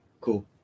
Cool